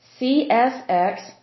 CSX